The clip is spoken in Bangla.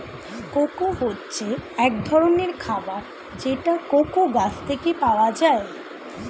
কোকো হচ্ছে এক ধরনের খাবার যেটা কোকো গাছ থেকে পাওয়া যায়